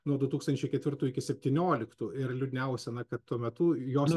nuo du tūkstančiai ketvirtų iki septynioliktų ir liūdniausia kad na tuo metu jos